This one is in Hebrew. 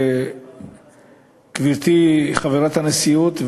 גברתי חברת הנשיאות,